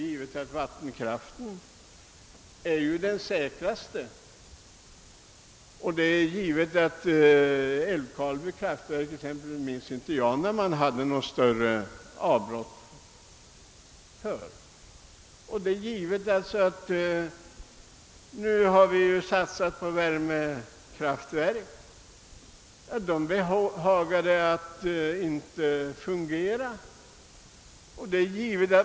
Vi vet att vattenkraften ändå är den säkraste kraftkällan. Det är länge sedan exempelvis Älvkarleby kraftverk tillkom, men jag kan inte minnas att det har varit något större avbrott där. Nu har vi också satsat på värmekraftverk, men de har behagat att inte fungera.